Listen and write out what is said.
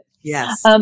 Yes